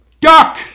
Duck